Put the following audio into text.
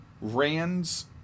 rand's